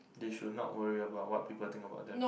they should not worry about what people think about them